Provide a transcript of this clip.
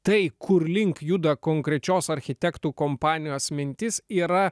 tai kur link juda konkrečios architektų kompanijos mintis yra